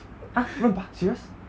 !huh! 热巴 serious